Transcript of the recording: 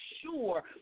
sure